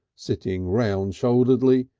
sitting round-shoulderedly,